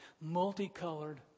multicolored